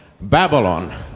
Babylon